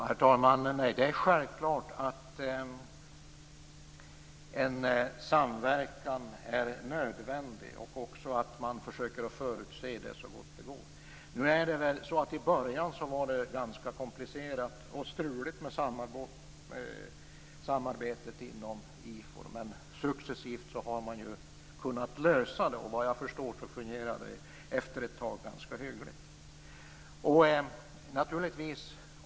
Herr talman! Det är självklart att en samverkan är nödvändig och att man försöker att förutse den så gott det går. I början var det ganska komplicerat och struligt med samarbetet inom IFOR. Men successivt har man kunnat lösa problemen. Vad jag förstår fungerade det, efter ett tag, ganska hyggligt.